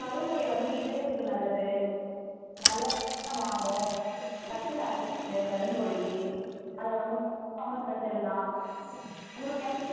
கருங்கோழி வந்து இதயத்துக்கு நல்லது நல்லா சுத்தமாக்கும் சத்து நிறையா இருக்குது கருங்கோழிக்கு அதோடய முட்டை ரொம்ப ஸ்பெசல் தான் உங்களுக்கு எந்த